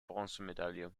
bronzemedaille